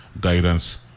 guidance